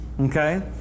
Okay